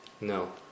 No